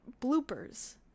bloopers